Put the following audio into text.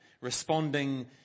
responding